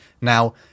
Now